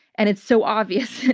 and it's so obvious,